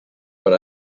per